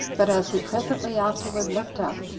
but as he presently afterward looked up,